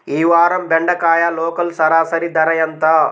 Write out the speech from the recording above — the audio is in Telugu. ఈ వారం బెండకాయ లోకల్ సరాసరి ధర ఎంత?